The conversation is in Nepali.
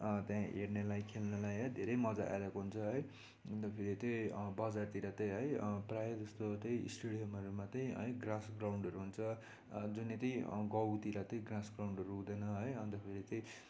त्यहाँ हेर्नेलाई खेल्नेलाई है धेरै मजा आइरहेको हुन्छ है अन्त फेरि त बजारतिर त है प्रायः जस्तो त है स्टेडियमहरूमा त है ग्रास ग्राउन्डहरू हुन्छ जहाँनेरि गाउँतिर त ग्रास ग्राउन्डहरू हुँदैन है अन्त फेरि त